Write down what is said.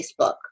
Facebook